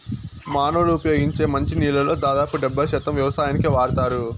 మానవులు ఉపయోగించే మంచి నీళ్ళల్లో దాదాపు డెబ్బై శాతం వ్యవసాయానికే వాడతారు